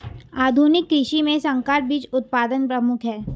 आधुनिक कृषि में संकर बीज उत्पादन प्रमुख है